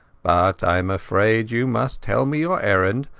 but iam afraid you must tell me your errand,